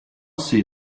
see